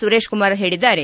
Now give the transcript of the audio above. ಸುರೇಶ್ ಕುಮಾರ್ ಹೇಳಿದ್ದಾರೆ